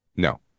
No